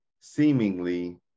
seemingly